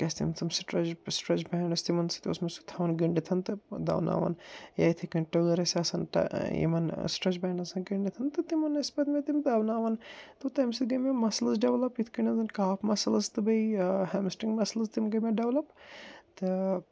کیٛاہ چھِ stretch stretch band ٲسۍ تِمن سۭتۍ اوس سُہ تھاوان گٔنٛڈِٹھن تہٕ دوناوان یِتھی کانٛہہ ٹٲر ٲسی آسان یِمن سٹرچ بینٛڈن سۭتۍ گٔنٛڈِتھن تہِ تِمن ٲسۍ پتہٕ مےٚ تِم پٮ۪وناوان تہٕ تَمہِ سۭتۍ گٔے مےٚ مسلٕس ڈیولاپ یِتھ کٔنٮ۪تھ زن کاپ مسلٕس تہٕ بیٚیہِ یہِ ہٮ۪مسٹنٛگ مسلٕس تِم گٔے مےٚ ڈیولاپ تہٕ